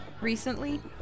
recently